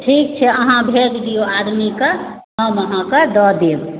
ठीक छै अहाँ भेज दिऔ आदमीके हम अहाँकेॅं दऽ देब